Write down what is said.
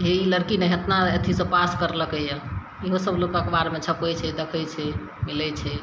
हे ई लड़की ने एतना अथीसे पास करलकै यऽ इहोसब लोक अखबारमे छपै छै देखै छै मिलै छै